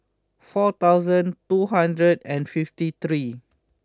four thousand two hundred and fifty three